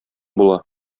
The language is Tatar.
була